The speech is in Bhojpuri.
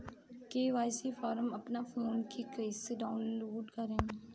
के.वाइ.सी फारम अपना फोन मे कइसे डाऊनलोड करेम?